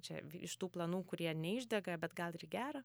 čia iš tų planų kurie neišdega bet gal ir į gera